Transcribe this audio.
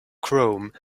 chrome